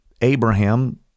Abraham